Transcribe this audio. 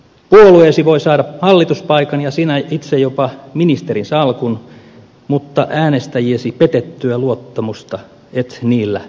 puolueesi voi saada hallituspaikan ja sinä itse jopa ministerisalkun mutta äänestäjiesi petettyä luottamusta et niillä palauta